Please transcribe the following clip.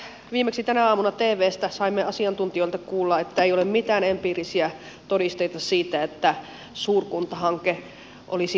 viimeksi tänä aamuna tvstä saimme asiantuntijoilta kuulla että ei ole mitään empiirisiä todisteita siitä että suurkuntahanke olisi taloudellinen